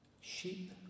Sheep